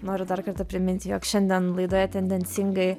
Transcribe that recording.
noriu dar kartą priminti jog šiandien laidoje tendencingai